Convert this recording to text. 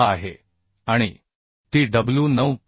6 आहे आणि Tw 9